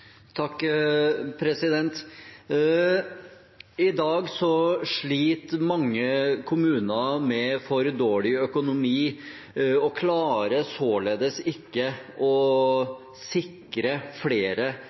I dag sliter mange kommuner med for dårlig økonomi og klarer således ikke å sikre flere